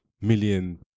million